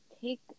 Take